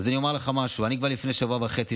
אני אומר לך משהו: כבר לפני שבוע וחצי,